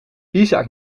isaac